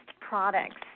products